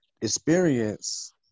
experience